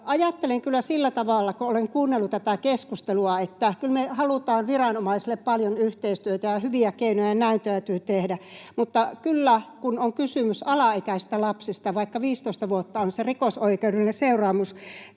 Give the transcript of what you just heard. ajattelen kyllä sillä tavalla, kun olen kuunnellut tätä keskustelua, että kyllä me halutaan viranomaisille paljon yhteistyötä ja hyviä keinoja, ja näin täytyy tehdä, mutta kun on kysymys alaikäisistä lapsista — vaikka 15 vuotta on se rikosoikeudellinen